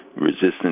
resistance